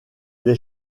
des